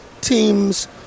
teams